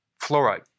fluoride